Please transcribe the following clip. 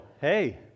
hey